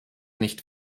nicht